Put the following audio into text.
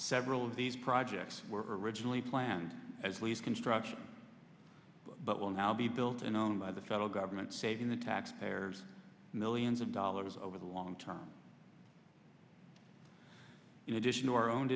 several of these projects were originally planned as lease construction but will now be built and owned by the federal government saving the taxpayers millions of dollars over the long term in addition to our owned